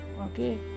Okay